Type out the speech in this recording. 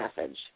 message